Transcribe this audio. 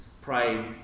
Pray